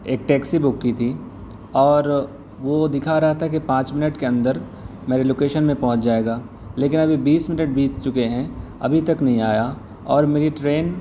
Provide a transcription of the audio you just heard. ایک taxi book کی تھی اور وہ دکھا رہا تھا کہ پانچ منٹ کے اندر میری لوکیشن میں پہنچ جائے گا لیکن ابھی بیس منٹ بیت چکے ہیں ابھی تک نہیں آیا اور میری ٹرین